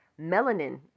melanin